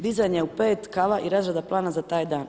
Dizanje u 5, kava i razrada plana za taj dan.